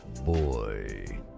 Boy